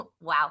Wow